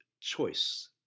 choice